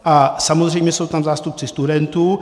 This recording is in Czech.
A samozřejmě jsou tam zástupci studentů.